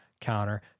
counter